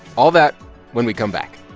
all that when we come back